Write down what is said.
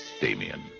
Damien